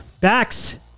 Bax